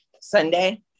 Sunday